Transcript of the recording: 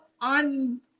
on